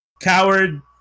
Coward